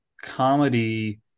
comedy